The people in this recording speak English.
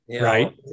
Right